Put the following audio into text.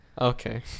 okay